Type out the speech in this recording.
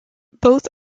both